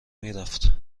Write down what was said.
میرفت